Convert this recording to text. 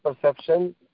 perception